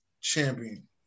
champion